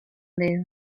dedo